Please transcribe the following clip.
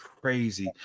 crazy